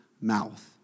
mouth